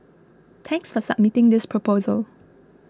thanks for submitting this proposal